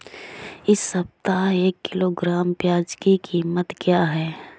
इस सप्ताह एक किलोग्राम प्याज की कीमत क्या है?